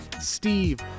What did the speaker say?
Steve